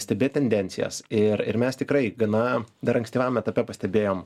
stebėt tendencijas ir ir mes tikrai gana dar ankstyvajam etape pastebėjom